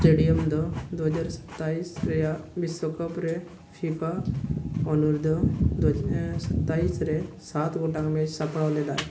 stadium ᱫᱚ ᱫᱩ ᱦᱟᱡᱟᱨ ᱥᱟᱛᱟᱥ ᱨᱮᱭᱟᱜ ᱵᱤᱥᱥᱚ ᱠᱟᱯ ᱨᱮ ᱯᱷᱤᱯᱷᱟ ᱚᱱᱩᱨᱫᱷᱚ ᱥᱟᱛᱛᱟᱥ ᱨᱮ ᱥᱟᱛ ᱜᱚᱴᱟᱝ ᱢᱮᱪ ᱥᱟᱯᱲᱟᱣ ᱞᱮᱫᱟᱭ